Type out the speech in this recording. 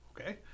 Okay